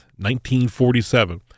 1947